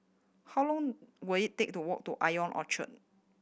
how long will it take to walk to Ion Orchard